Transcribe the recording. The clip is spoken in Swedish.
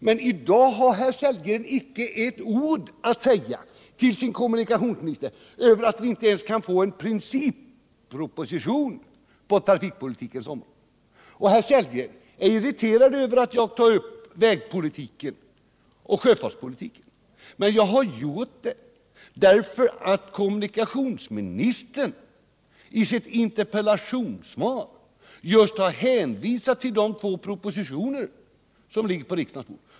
Men i dag har herr Sellgren inte ett ord att säga till sin kommunikationsminister om att vi inte ens kan få en principproposition på trafikpolitikens område. Och herr Sellgren är irriterad över att jag tar upp vägpolitiken och sjöfartspolitiken. Men jag har gjort det därför att kommunikationsministern i sitt interpellationssvar just hänvisat till de två propositioner som ligger på riksdagens bord.